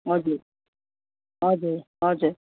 हजुर हजुर हजुर